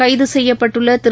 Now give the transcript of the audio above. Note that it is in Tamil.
கைது செய்யப்பட்டுள்ள திரு